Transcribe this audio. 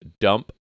dump